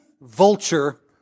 vulture